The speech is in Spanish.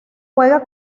juega